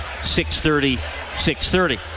630-630